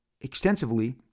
extensively